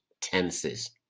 tenses